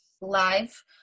live